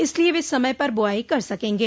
इसलिए वे समय पर बुआई कर सकेंगे